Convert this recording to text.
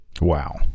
Wow